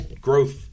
Growth